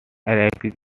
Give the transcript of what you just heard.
archaic